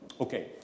Okay